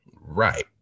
right